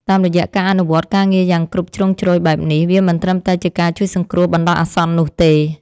តាមរយៈការអនុវត្តការងារយ៉ាងគ្រប់ជ្រុងជ្រោយបែបនេះ វាមិនត្រឹមតែជាការជួយសង្គ្រោះបណ្ដោះអាសន្ននោះទេ។